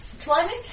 climbing